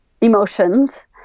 emotions